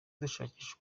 dushakisha